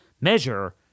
measure